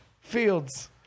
fields